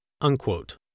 Unquote